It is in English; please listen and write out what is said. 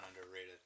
underrated